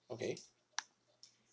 okay